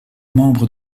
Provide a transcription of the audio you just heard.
membres